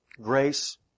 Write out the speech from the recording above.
Grace